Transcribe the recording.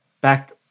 back